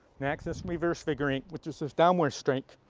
next is reverse figure eight which is a downward strike.